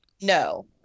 No